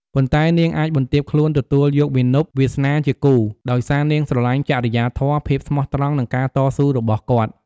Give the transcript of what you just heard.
ប៉ុន្ដែនាងអាចបន្ទាបខ្លួនទទួលយកមាណពវាសនាជាគូ ដោយសារនាងស្រឡាញ់ចរិយាធម៌ ភាពស្មោះត្រង់ និងការតស៊ូរបស់គាត់។